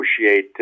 negotiate